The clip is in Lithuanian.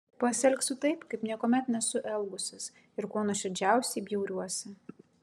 pasielgsiu taip kaip niekuomet nesu elgusis ir kuo nuoširdžiausiai bjauriuosi